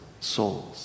souls